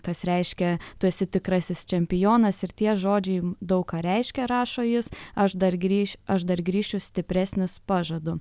kas reiškia tu esi tikrasis čempionas ir tie žodžiai daug ką reiškia rašo jis aš dar grįš aš dar grįšiu stipresnis pažadu